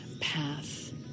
path